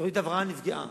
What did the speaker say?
תוכנית ההבראה נפגעה,